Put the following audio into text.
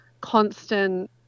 constant